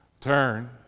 turn